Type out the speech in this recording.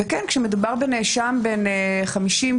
כשמדובר בנאשם בן 50,